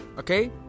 Okay